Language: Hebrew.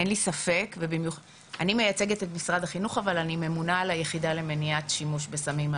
אני מייצגת את משרד החינוך אבל אני ממונה על היחידה למניעת שימוש בסמים,